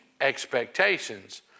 expectations